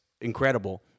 incredible